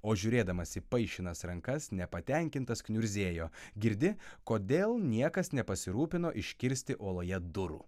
o žiūrėdamas į paišinas rankas nepatenkintas kniurzėjo girdi kodėl niekas nepasirūpino iškirsti uoloje durų